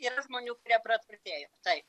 yra žmonių kurie praturtėjo taip